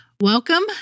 welcome